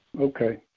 okay